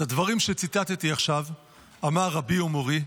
את הדברים שציטטתי עכשיו אמר רבי ומורי,